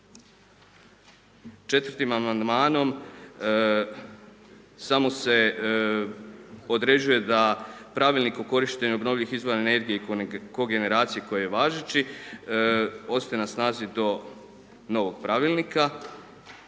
Četvrtim amandmanom samo se određuje da Pravilnik o korištenju obnovljivih izvora energije i kogeneracije koji je važeći, ostaje na snazi do novog Pravilnika.